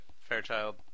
Fairchild